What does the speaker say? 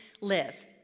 live